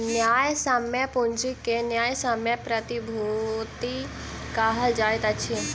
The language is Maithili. न्यायसम्य पूंजी के न्यायसम्य प्रतिभूति कहल जाइत अछि